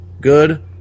Good